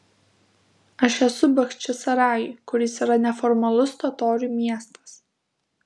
aš esu bachčisarajuj kuris yra neformalus totorių miestas